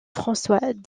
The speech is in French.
françois